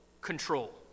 control